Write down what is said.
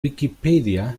wikipedia